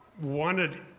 wanted